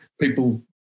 people